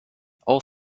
all